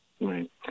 right